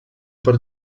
per